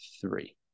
three